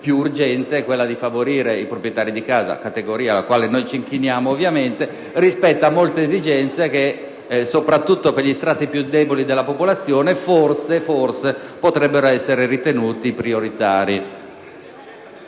più urgente, quella di favorire i proprietari di casa (categoria alla quale noi ci inchiniamo, ovviamente), rispetto a molte esigenze che, soprattutto per gli strati più deboli della popolazione, forse potrebbero essere ritenute prioritarie.